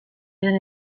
diren